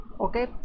okay